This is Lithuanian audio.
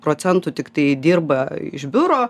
procentų tiktai dirba iš biuro